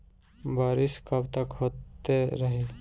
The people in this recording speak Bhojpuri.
बरिस कबतक होते रही?